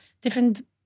different